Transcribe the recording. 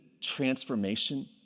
transformation